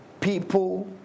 People